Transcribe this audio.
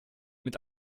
mit